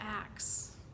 acts